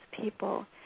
people